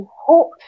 hope